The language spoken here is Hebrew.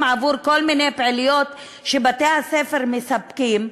עבור כל מיני פעילויות שבתי-הספר מספקים,